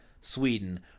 Sweden